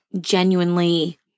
genuinely